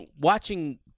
watching